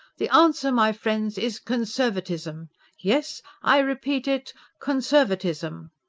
the answer, my friends, is conservatism yes, i repeat it conservatism.